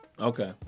Okay